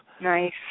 Nice